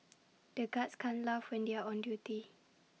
the guards can't laugh when they are on duty